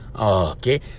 Okay